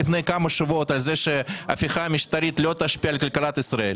לפני כמה שבועות על זה שההפיכה המשטרית לא תשפיע על כלכלת ישראל,